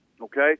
Okay